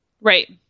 Right